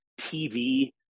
TV